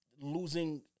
losing